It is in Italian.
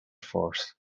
force